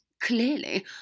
Clearly